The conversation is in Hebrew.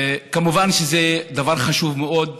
כמובן שזה דבר חשוב מאוד,